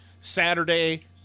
saturday